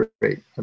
great